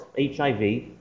HIV